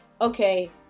okay